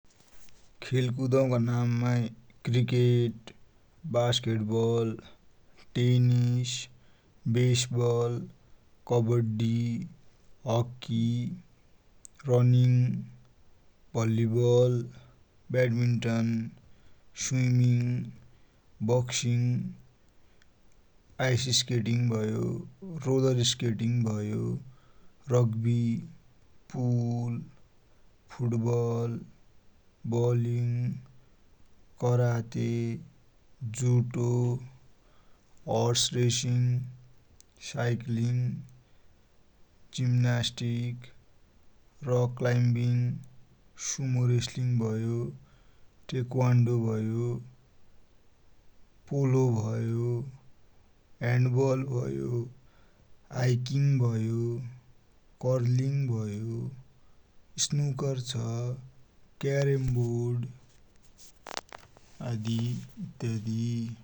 खेलकुदका नाम मा cricket, basketball, tennis, baseball, kabaddi, hockey, running, volleyball, badminton, swimming, boxing, ice skating भयो, रोलर स्केटिङ्ग भयो, rugby, pool, football, bowling, karate, judo, horse racing, cycling, gymnastic, rock climbing, sumo wrestling भयो, taekwondo भयो, polo भयो, handball भयो, hiking भयो, curling भयो, snooker छ, carrom board आदि इत्यादि।